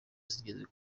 zigera